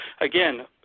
again